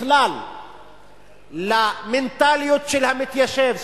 בכלל למנטליות של המתיישב,